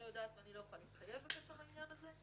יודעת ואני לא יכולה להתחייב בעניין הזה,